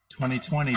2020